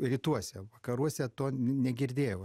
rytuose vakaruose to negirdėjau